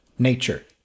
nature